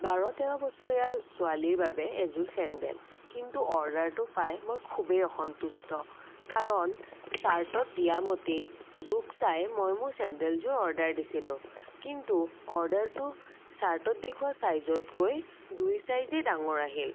বাৰ তেৰ বছৰীয়া ছোৱালীৰ বাবে এযোৰ ছেণ্ডেল কিন্তু অৰ্ডাৰটো পাই মই খুবেই অসন্তুষ্ট কাৰণ ছাৰ্টত দিয়া মতেই মই মোৰ ছেণ্ডেলযোৰ অৰ্ডাৰ দিছিলোঁ কিন্তু অৰ্ডাৰটো ছাৰ্টত দেখুওৱা ছাইজতকৈ দুই ছাইজে ডাঙৰ আহিল